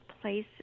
place